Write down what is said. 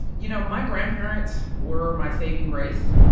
you know, my grandparents were my saving grace.